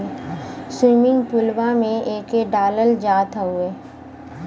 swimming पुलवा में एके डालल जात हउवे